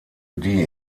die